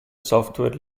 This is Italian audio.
software